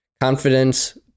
confidence